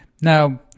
Now